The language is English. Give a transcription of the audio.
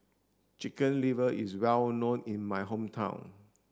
chicken liver is well known in my hometown